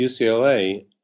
UCLA